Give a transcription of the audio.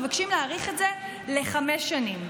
מבקשים להאריך את זה לחמש שנים.